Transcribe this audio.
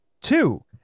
Two